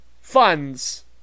funds